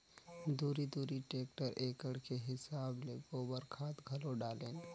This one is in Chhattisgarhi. दूरी दूरी टेक्टर एकड़ के हिसाब ले गोबर खाद घलो डालेन